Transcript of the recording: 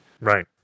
Right